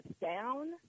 down